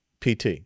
PT